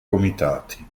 comitati